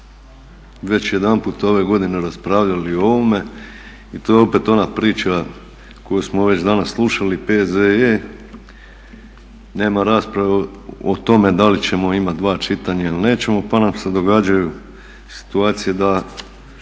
već jedanput ove godine raspravljali o ovome i to je opet ona priča koju smo već danas slušali P.Z.E. nema rasprave o tome da li ćemo imati dva čitanja ili nećemo pa nam se događaju situacije da